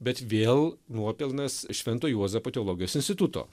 bet vėl nuopelnas švento juozapo teologijos instituto